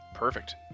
Perfect